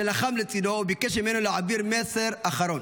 שלחם לצידו, וביקש ממנו להעביר מסר אחרון: